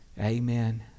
Amen